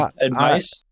advice